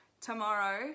tomorrow